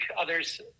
others